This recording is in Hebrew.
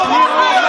לא.